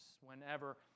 whenever